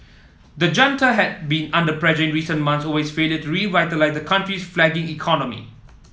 the junta had been under pressure in recent months over its failure to revitalise the country's flagging economy